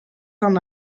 d’un